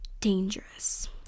dangerous